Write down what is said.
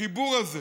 החיבור הזה